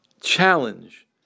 challenge